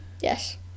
Yes